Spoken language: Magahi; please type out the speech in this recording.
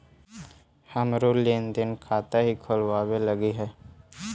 हमरो लेन देन खाता हीं खोलबाबे लागी हई है